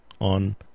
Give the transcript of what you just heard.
on